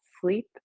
sleep